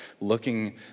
looking